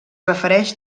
refereix